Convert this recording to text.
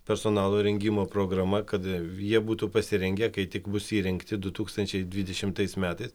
personalo rengimo programa kad jie būtų pasirengę kai tik bus įrengti du tūkstančiai dvidešimtais metais